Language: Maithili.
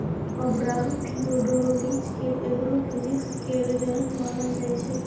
अब्राहम फियोडोरोबिच केँ एग्रो फिजीक्स केर जनक मानल जाइ छै